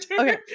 Okay